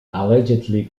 allegedly